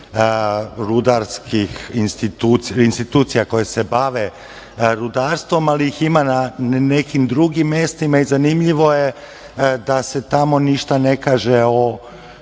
rudarskih institucija koje se bave rudarstvom, ali ih ima na nekim drugim mestima i zanimljivo je da se tamo ništa ne kaže o